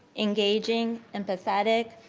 engaging, empathetic,